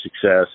success